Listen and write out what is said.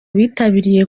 bitabiriye